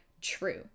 true